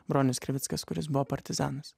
bronius krivickas kuris buvo partizanas